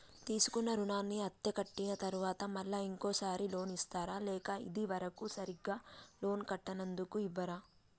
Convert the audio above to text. తీసుకున్న రుణాన్ని అత్తే కట్టిన తరువాత మళ్ళా ఇంకో సారి లోన్ ఇస్తారా లేక ఇది వరకు సరిగ్గా లోన్ కట్టనందుకు ఇవ్వరా?